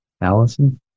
Allison